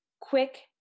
Quick